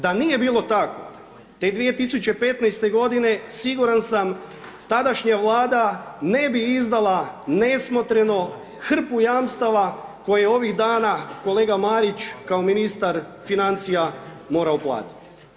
Da nije bilo tako, te 2015.-te godine siguran sam, tadašnja Vlada ne bi izdala nesmotreno hrpu jamstava koje ovih dana kolega Marić, kao ministar financija, mora uplatiti.